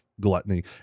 Gluttony